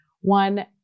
one